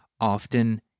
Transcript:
Often